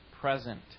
present